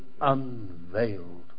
unveiled